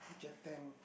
Japan